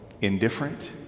indifferent